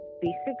basic